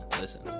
listen